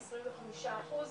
אינוס 25 אחוז,